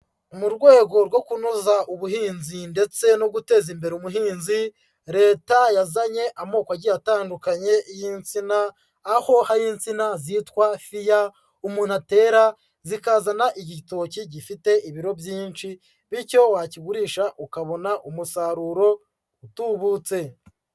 Mu rwego rwo kunoza ubuhinzi ndetse no guteza imbere umuhinzi, Leta yazanye amoko agiye atandukanye y'insina, aho hari insina zitwa fiya umuntu atera zikazana igitoki gifite ibiro byinshi, bityo wakigurisha ukabona umusaruro utubutse.